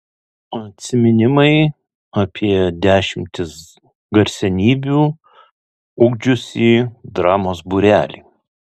atsiminimai apie dešimtis garsenybių ugdžiusį dramos būrelį